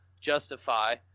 Justify